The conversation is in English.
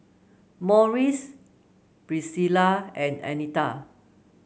Morris Pricilla and Anita